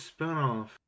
spinoff